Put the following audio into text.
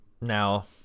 Now